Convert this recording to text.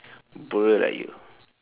poor lah you